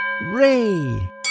Ray